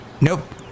nope